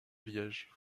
liège